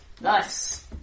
nice